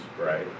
Right